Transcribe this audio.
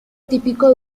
típico